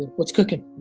what's cooking?